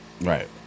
Right